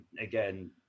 Again